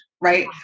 right